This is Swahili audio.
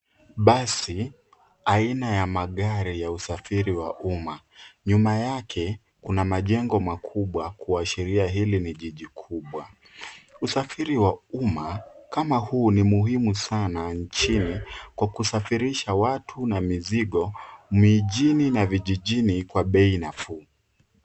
Basi aina ya magari ya usafiri wa umma nyuma yake kuna majengo makubwa kuashiria hili ni jiji kubwa ,usafiri wa umma kama huu ni muhimu sana nchini kwa kusafirisha watu na mizigo mijini na vijijini kwa bei na nafuu.